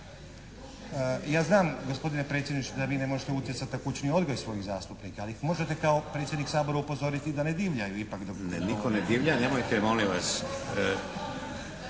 Ja znam gospodine predsjedniče da vi ne možete utjecati na kućni odgoj svojih zastupnika, ali ih možete kao predsjednik Sabora upozoriti da ne divljaju ipak dok ne … /Govornik se